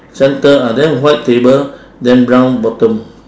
centre ah then white table then brown bottom